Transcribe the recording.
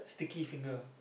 sticky finger